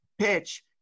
PITCH